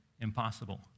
impossible